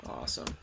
awesome